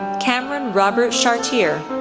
cameron robert chartier,